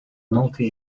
multi